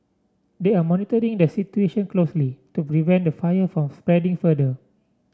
they are monitoring the situation closely to prevent the fire from spreading further